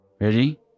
Ready